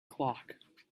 clock